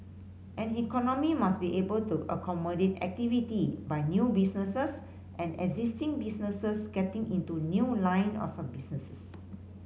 an economy must be able to accommodate activity by new businesses and existing businesses getting into new line of businesses